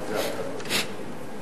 על זה אף אחד לא מדבר.